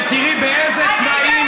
ותראי באיזה תנאים,